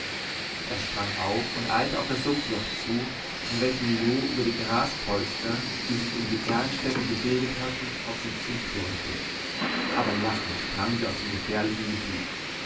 er sprang auf und eilte auf das sumpfloch zu in welchem loo über die graspolster die sich um die erlenstämme gebildet hatten auf sie zu turnte aber lachend sprang sie aus dem gefährlichen gebiet